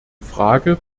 frage